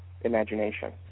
imagination